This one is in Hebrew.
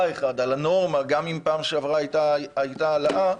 הנורמה, גם אם בפעם שעברה הייתה העלאה,